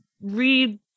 read